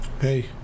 Hey